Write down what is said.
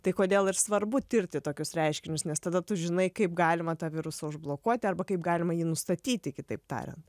tai kodėl ir svarbu tirti tokius reiškinius nes tada tu žinai kaip galima tą virusą užblokuoti arba kaip galima jį nustatyti kitaip tariant